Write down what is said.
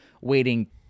waiting